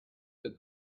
the